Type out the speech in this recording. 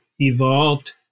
evolved